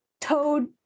toad